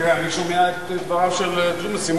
אני שומע את דבריו של ג'ומס.